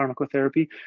pharmacotherapy